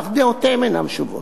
כך דעותיהם אינן שוות".